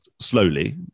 slowly